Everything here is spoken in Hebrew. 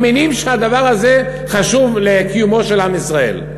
שהדבר הזה חשוב לקיומו של עם ישראל.